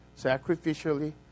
sacrificially